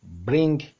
bring